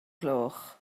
gloch